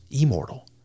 immortal